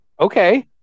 Okay